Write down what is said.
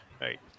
Right